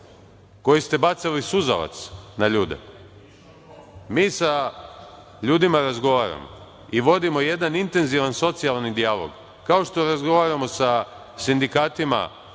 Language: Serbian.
koji ste bacali suzavac na ljude, mi sa ljudima razgovaramo i vodimo jedan intenzivan socijalni dijalog. Kao što razgovaramo sa sindikatima